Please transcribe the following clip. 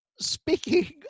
Speaking